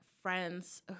friends